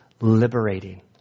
liberating